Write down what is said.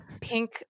pink